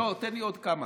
לא, תן לי עוד כמה.